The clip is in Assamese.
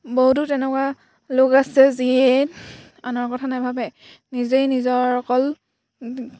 বহুতো তেনেকুৱা লোক আছে যিয়ে আনৰ কথা নাভাবে নিজেই নিজৰ অকল